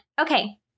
Okay